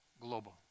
global